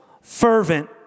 fervent